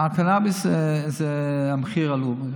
הקנביס, המחירים עלו.